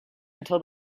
until